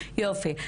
יופי.